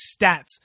stats